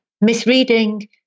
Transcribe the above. misreading